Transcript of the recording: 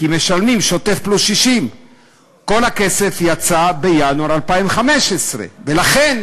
כי משלמים שוטף פלוס 60. כל הכסף יצא בינואר 2015. ולכן